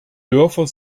dörfer